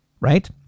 right